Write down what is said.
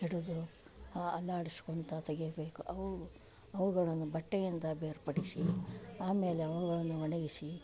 ಹಿಡಿದು ಅಲ್ಲಾಡಿಸ್ಕೊಳ್ತಾ ತೆಗೆಯಬೇಕು ಅವು ಅವುಗಳನ್ನು ಬಟ್ಟೆಯಿಂದ ಬೇರ್ಪಡಿಸಿ ಆಮೇಲೆ ಅವುಗಳನ್ನು ಒಣಗಿಸಿ